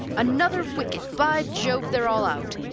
another wicket! by jove, they're all out!